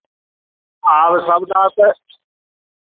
आब सभटा से